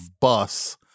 bus